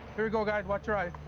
here we go, guys. watch your eyes.